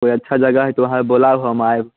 कोइ अच्छा जगह हय तऽ वहाँ पे बोलाउ हम आयब